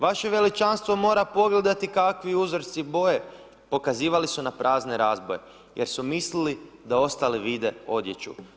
Vaše Veličanstvo mora pogledati kakvi uzorci i boje, pokazivali su na prazne razboje jer su mislili da ostali vide odjeću.